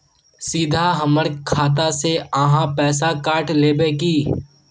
सीधा हमर खाता से ही आहाँ पैसा काट लेबे की?